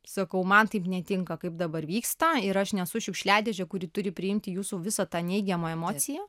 sakau man taip netinka kaip dabar vyksta ir aš nesu šiukšliadėžė kuri turi priimti jūsų visą tą neigiamą emociją